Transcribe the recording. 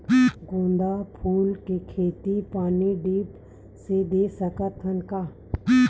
गेंदा फूल के खेती पानी ड्रिप से दे सकथ का?